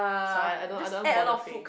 so I don't I don't bother paying